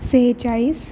सेहेचाळीस